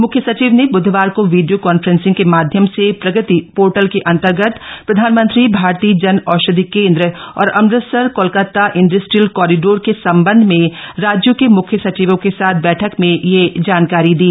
मुख्य सचिव ने ब्धवार को वीडियो कॉन्फ्रेंसिंग के माध्यम से प्रगति पोर्टल के अंतर्गत प्रधानमंत्री भारतीय जन औषधि केंद्र और अमृतसर कोलकाता इंडस्ट्रियल कॉरिडोर के संबंध में राज्यों के मुख्य सचिवों के साथ बैठक में यह जानकारी दी